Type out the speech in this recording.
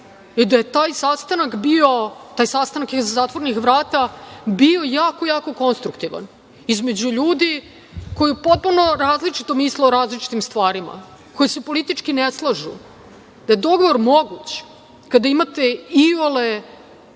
i da je taj sastanak iza zatvorenih vrata bio jako, jako konstruktivan, između ljudi koji potpuno različito misle o različitim stvarima, koji se politički ne slažu. Dakle, dogovor je moguć kada imate iole